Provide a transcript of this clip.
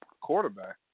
quarterback